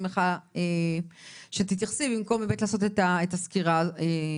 שמחה שתתייחסי אליהן במקום באמת לעשות את הסקירה הזו.